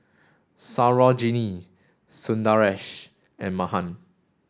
Sarojini Sundaresh and Mahan